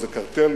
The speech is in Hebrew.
זה קרטל,